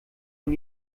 von